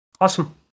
awesome